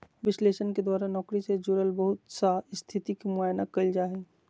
विश्लेषण के द्वारा नौकरी से जुड़ल बहुत सा स्थिति के मुआयना कइल जा हइ